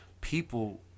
people